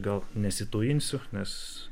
gal nesitujinsiu nes